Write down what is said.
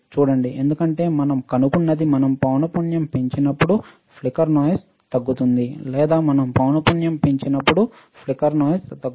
చూడండి ఎందుకంటే మనం కనుగొన్నది మనం పౌనపుణ్యము పెంచినప్పుడు ఫ్లికర్ నాయిస్ తగ్గుతుంది లేదా మనం పౌనపుణ్యము పెంచినప్పుడు ఫ్లికర్ నాయిస్ తగ్గుతుంది